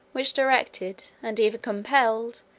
which directed, and even compelled,